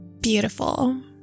Beautiful